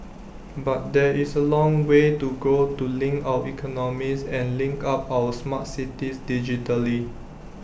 but there is A long way to go to link our economies and link up our smart cities digitally